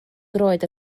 droed